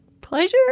pleasure